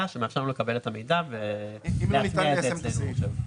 שמאפשר לנו לקבל את המידע ולהטמיע את זה אצלנו במחשב.